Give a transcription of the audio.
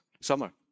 summer